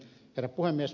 herra puhemies